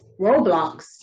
Roblox